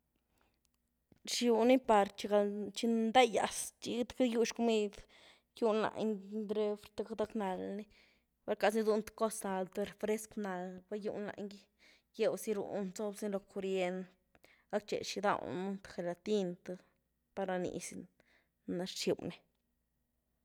Rxiwny par txi ndayas, txi te cat gywx comid, gywny lany refri, te gacnald ny, val rcasnu gyduunu th cos nald, th refrescw nald pa gywni lany gy, gyew zy runy, zob ziny lo curriend, gactxe xi gydawnu’ th gelatin th, par ranii zy ni nan rxywny.